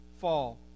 fall